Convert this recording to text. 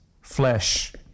flesh